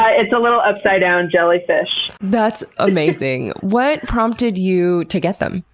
ah it's a little upside-down jellyfish. that's amazing! what prompted you to get them?